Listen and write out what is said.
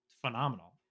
phenomenal